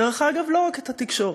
דרך אגב, לא רק את התקשורת.